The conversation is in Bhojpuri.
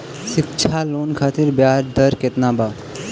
शिक्षा लोन खातिर ब्याज दर केतना बा?